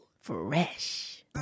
fresh